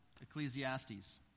Ecclesiastes